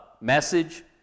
message